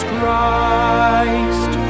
Christ